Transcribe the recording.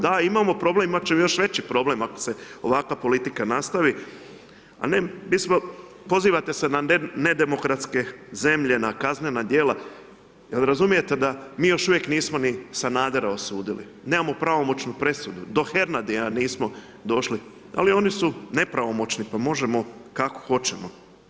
Da, imamo problem, imat ćemo još veći problem ako se ovakva politika nastavi, a ne, mi smo, pozivate se na nedemokratske zemlje, na kaznena djela, jel razumijete da mi još uvijek nismo ni Sanadera osudili, nemamo pravomoćnu presudu, do Hernadia nismo došli, ali oni su nepravomoćni pa možemo kako hoćemo.